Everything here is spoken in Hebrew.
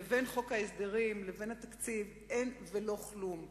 לבין חוק ההסדרים, לבין התקציב, אין ולא כלום.